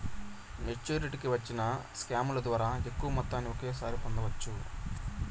మెచ్చురిటీకి వచ్చిన స్కాముల ద్వారా ఎక్కువ మొత్తాన్ని ఒకేసారి పొందవచ్చు